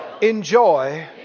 enjoy